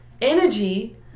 energy